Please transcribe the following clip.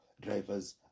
drivers